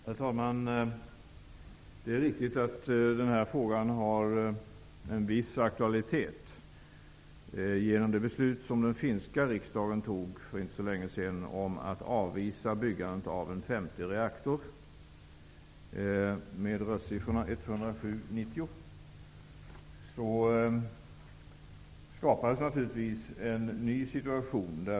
Herr talman! Det är riktigt att frågan har en viss aktualitet. Genom det beslut som den finska riksdagen fattade för inte så länge sedan med röstsiffrorna 107--90, om att avvisa byggandet av en femte reaktor, skapades naturligtvis en ny situation.